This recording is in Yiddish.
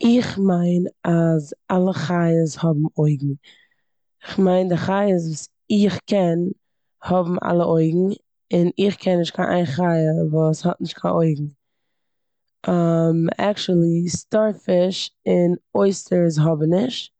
איך מיין אז אלע חיות האבן אויגן. כ'מיין די חיות וואס איך קען האבן אלע אויגן און איך קען נישט קיין איין חיה וואס האט נישט קיין אויגן. עקטועלי סטארפיש און אויסטערס האבן נישט.